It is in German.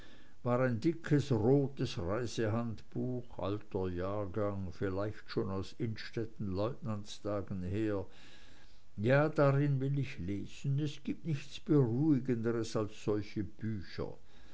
war ein dickes rotes reisehandbuch alter jahrgang vielleicht schon aus innstettens leutnantstagen her ja darin will ich lesen es gibt nichts beruhigenderes als solche bücher